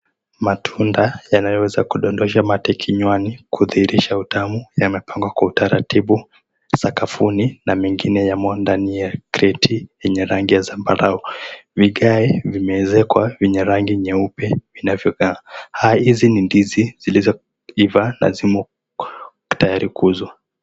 Matunda yanayoweza kudondosha mate kinywani kudhihirisha utamu, yamepangwa kwa utaratibu sakafuni na mengine yamo ndani ya kreti yenye rangi ya zambarau. Vigae vimeezekwa venye rangi nyeupe vinavyong'aa. Hizi ni ndizi zilizoiva na zimo tayari kuuzwa.